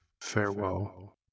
Farewell